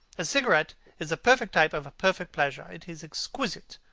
a cigarette is the perfect type of a perfect pleasure. it is exquisite,